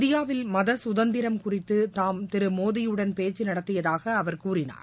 இந்தியாவில் மத சுதந்திரம் குறித்தும் தாம் திரு மோடியுடன் பேச்சு நடத்தியதாக அவர் கூறினார்